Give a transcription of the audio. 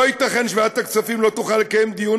לא ייתכן שוועדת הכספים לא תוכל לקיים דיון